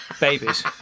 babies